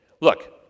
Look